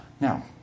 Now